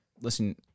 Listen